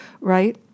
right